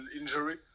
injury